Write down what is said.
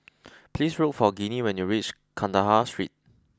please look for Ginny when you reach Kandahar Street